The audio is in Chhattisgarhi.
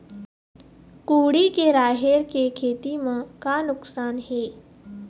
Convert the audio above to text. कुहड़ी के राहेर के खेती म का नुकसान हे?